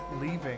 Leaving